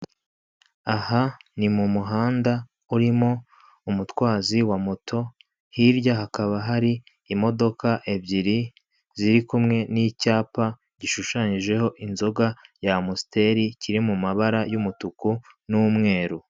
Aha ni mu muhanda urimo umutwazi wa moto, hirya hakaba hari imodoka ebyiri, ziri kumwe n'icyapa gishushanyijeho inzoga ya amusiteri, kiri mu mabara y'umutuku n'umweru.